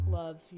love